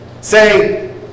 say